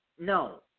No